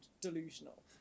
delusional